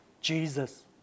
Jesus